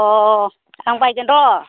अ आं बायगोन र